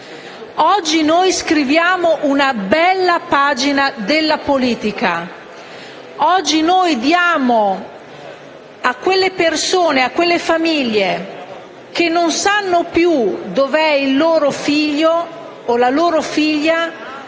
Oggi noi scriviamo una bella pagina della politica. Oggi noi diamo a quelle persone e a quelle famiglie, che non sanno più dove è il loro figlio o la loro figlia,